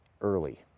early